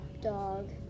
dog